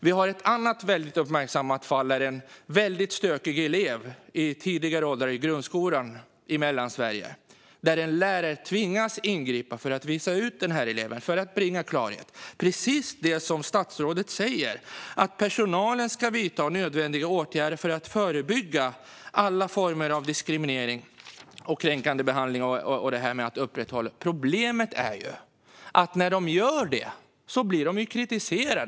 Vi har ett annat uppmärksammat fall med en mycket stökig elev i tidigare ålder i grundskolan i Mellansverige. Där tvingas en lärare ingripa för att visa ut eleven för att bringa klarhet. Det är precis det som statsrådet säger. Personalen ska vidta nödvändiga åtgärder för att förebygga alla former av diskriminering och kränkande behandling. Problemet är att när lärarna gör det blir de kritiserade.